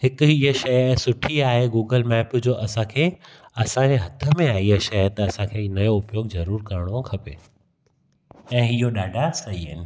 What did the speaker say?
हिकु हीअ शइ सुठी आहे गूगल मेप जो असांखे असांखे हथ में आहे इहा शइ त असांखे इहो नओं ज़रूरु उपयोगु करिणो खपे ऐं इहो ॾाढा सही आहिनि